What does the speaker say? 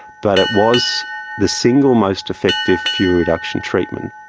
but it was the single most effective fuel reduction treatment.